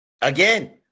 Again